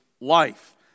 life